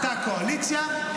אתה קואליציה,